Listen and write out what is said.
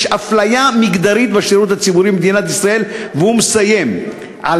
יש אפליה מגדרית בשירות הציבורי במדינת ישראל"; והוא מסיים: "על